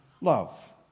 love